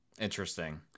Interesting